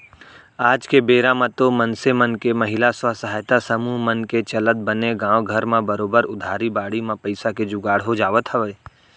आज के बेरा म तो मनसे मन के महिला स्व सहायता समूह मन के चलत बने गाँवे घर म बरोबर उधारी बाड़ही म पइसा के जुगाड़ हो जावत हवय